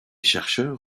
chercheurs